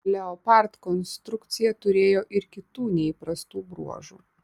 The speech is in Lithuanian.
leopard konstrukcija turėjo ir kitų neįprastų bruožų